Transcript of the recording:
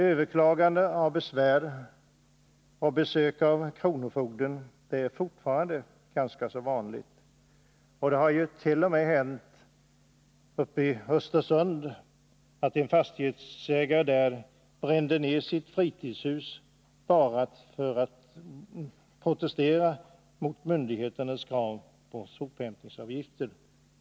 Att besvär överklagas och besök av kronofogden sker är fortfarande ganska vanligt, och det har ju t.o.m. hänt uppe i Östersund att en fastighetsägare brände ner sitt fritidshus, som protest mot myndigheternas krav på sophämtningsavgifter.